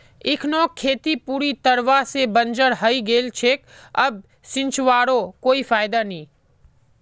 इखनोक खेत पूरी तरवा से बंजर हइ गेल छेक अब सींचवारो कोई फायदा नी